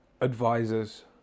advisors